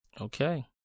Okay